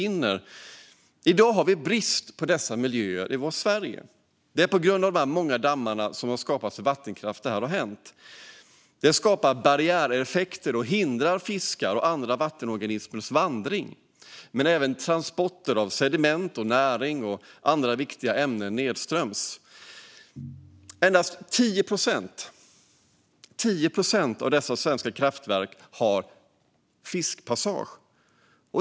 Vi har i dag brist på sådana miljöer i Sverige på grund av de många dammar som skapats för vattenkraft. De skapar barriäreffekter och hindrar fiskars och andra vattenorganismers vandring men även transport av sediment, näring och andra viktiga ämnen nedströms. Endast 10 procent av de svenska kraftverken har fiskpassager.